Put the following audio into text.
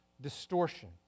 distortion